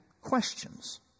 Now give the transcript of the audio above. questions